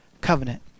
covenant